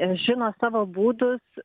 žino savo būdus